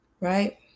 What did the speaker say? right